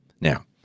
Now